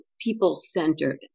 people-centered